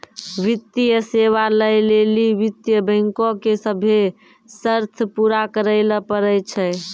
वित्तीय सेवा लै लेली वित्त बैंको के सभ्भे शर्त पूरा करै ल पड़ै छै